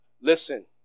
Listen